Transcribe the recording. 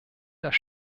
das